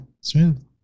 smooth